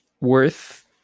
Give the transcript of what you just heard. worth